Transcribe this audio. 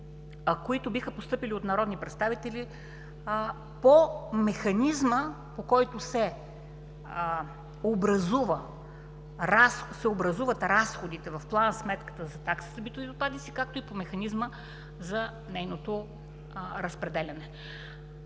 които биха постъпили от народни представители по механизма, по който се образуват разходите в план-сметката за таксата битови отпадъци, както и по механизма за нейното разпределяне.